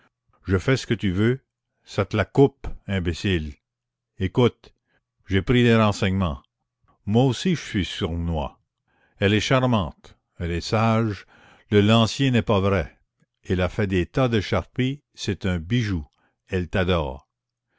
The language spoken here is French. je fais ce que tu veux ça te la coupe imbécile écoute j'ai pris des renseignements moi aussi je suis sournois elle est charmante elle est sage le lancier n'est pas vrai elle a fait des tas de charpie c'est un bijou elle t'adore